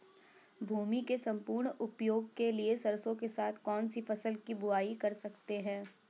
भूमि के सम्पूर्ण उपयोग के लिए सरसो के साथ कौन सी फसल की बुआई कर सकते हैं?